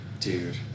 Dude